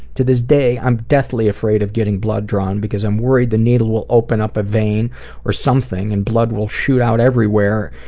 to this day i am deftly afraid of getting blood drawn because i am worried the needle will open up a vein or something, and blood will shoot out everywhere,